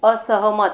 असहमत